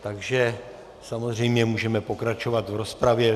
Takže samozřejmě můžeme pokračovat v rozpravě.